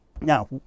Now